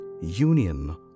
union